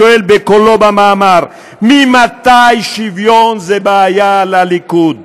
שואל בקולו במאמר: ממתי שוויון זה בעיה לליכוד?